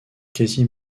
quasi